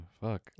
Fuck